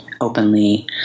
openly